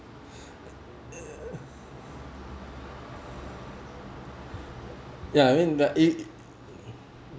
ya I mean uh it